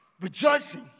Rejoicing